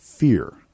Fear